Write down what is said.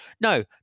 No